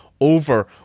over